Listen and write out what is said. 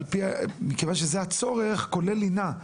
כיוון שזה הצורך, כולל לינה.